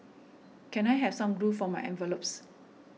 can I have some glue for my envelopes